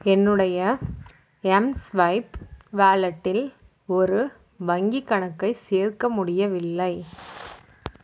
என்னுடைய எம்ஸ்வைப் வாலெட்டில் ஒரு வங்கிக் கணக்கைச் சேர்க்க முடியவில்லை